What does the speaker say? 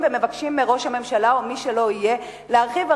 ומבקשים מראש הממשלה או מי שלא יהיה להרחיב.